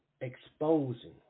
exposing